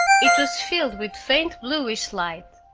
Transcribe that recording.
it was filled with faint bluish light.